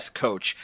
coach